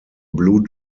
blue